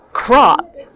crop